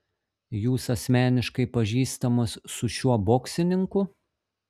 jūs asmeniškai pažįstamas su šiuo boksininku